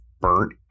burnt